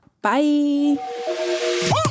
Bye